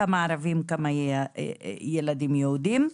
כמה ערבים, כמה ילדים יהודים.